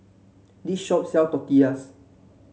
this shop sell Tortillas